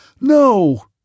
No